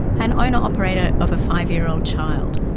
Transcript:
and owner operator of a five-year-old child.